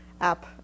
app